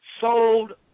sold